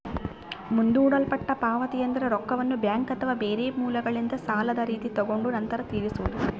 ಮುಂದೂಡಲ್ಪಟ್ಟ ಪಾವತಿಯೆಂದ್ರ ರೊಕ್ಕವನ್ನ ಬ್ಯಾಂಕ್ ಅಥವಾ ಬೇರೆ ಮೂಲಗಳಿಂದ ಸಾಲದ ರೀತಿ ತಗೊಂಡು ನಂತರ ತೀರಿಸೊದು